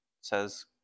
says